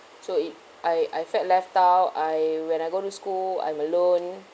so it I I felt left out I when I go to school I'm alone